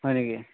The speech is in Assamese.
হয় নেকি